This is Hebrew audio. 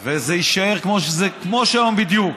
וזה יישאר כמו שהיום בדיוק.